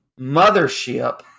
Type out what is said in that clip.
mothership